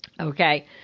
Okay